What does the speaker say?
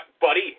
buddy